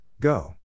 go